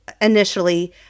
initially